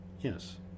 Yes